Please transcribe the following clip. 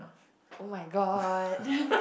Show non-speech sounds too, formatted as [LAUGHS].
[oh]-my-god [LAUGHS]